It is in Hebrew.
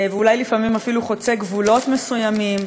ואולי לפעמים אפילו חוצה גבולות מסוימים,